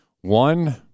One